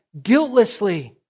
guiltlessly